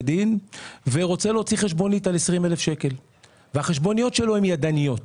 דין ורוצה להוציא חשבונית על 20,000 שקלים והחשבוניות שלו הן ידניות.